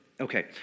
Okay